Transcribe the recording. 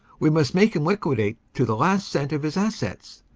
we must make him liquidate to the last cent of his assets.